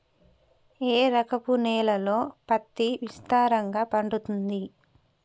ఏ రకపు నేలల్లో పత్తి విస్తారంగా పండుతది?